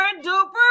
duper